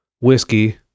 whiskey